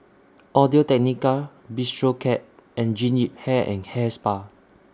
Audio Technica Bistro Cat and Jean Yip Hair and Hair Spa